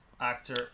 actor